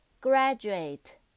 Graduate